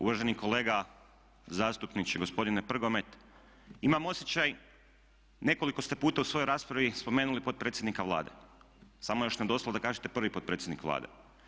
Uvaženi kolega zastupniče, gospodine Prgomet imam osjećaj nekoliko ste puta u svojoj raspravi spomenuli potpredsjednika Vlade, samo je još nedostajalo da kažete prvi potpredsjednik Vlade.